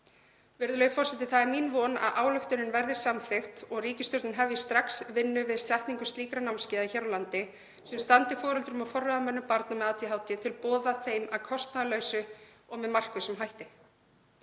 Virðulegur forseti. Það er mín von að ályktunin verði samþykkt og ríkisstjórnin hefji strax vinnu við setningu slíkra námskeiða hér á landi sem standi foreldrum og forráðamönnum barna með ADHD til boða þeim að kostnaðarlausu og með markvissum hætti.